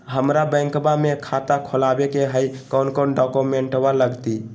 हमरा बैंकवा मे खाता खोलाबे के हई कौन कौन डॉक्यूमेंटवा लगती?